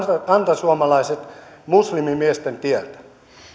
kantasuomalaiset muslimimiesten tieltä